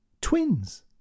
Twins